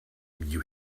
you